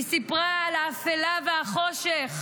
היא סיפרה על האפלה והחושך,